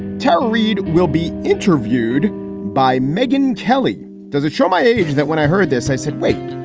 terry reid will be interviewed by megyn kelly does it show my age that when i heard this, i said, wait,